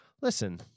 listen